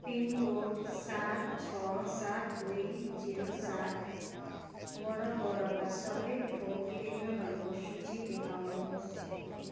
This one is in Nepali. पिनकोड सात छ सात दुई शून्य सात वरपरका सबै खोप केन्द्रहरूको सूची देखाउनुहोस्